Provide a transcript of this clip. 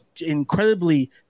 incredibly